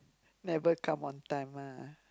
never come on time lah